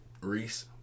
Reese